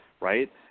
Right